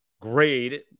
grade